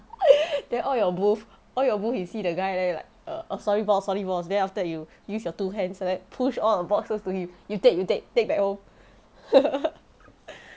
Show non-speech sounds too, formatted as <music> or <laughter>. <laughs> then all your booth all your booth you see the guy there like err oh sorry boss sorry boss then after that you use your two hands like that push all the boxes to him you take you take back home <laughs>